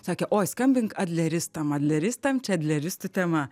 sakė oi skambink adleristam adleristam čia adleristų tema